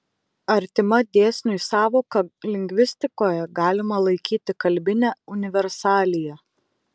artima dėsniui sąvoka lingvistikoje galima laikyti kalbinę universaliją